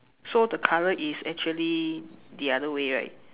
so the color is actually the other way right